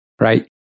right